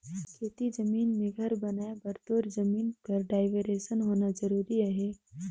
खेती जमीन मे घर बनाए बर तोर जमीन कर डाइवरसन होना जरूरी अहे